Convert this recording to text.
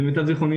למיטב זכרוני,